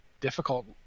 difficult